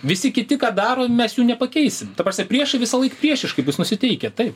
visi kiti ką darom mes jų nepakeisim ta prasme priešai visąlaik priešiškai nusiteikę taip